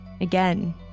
again